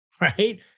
right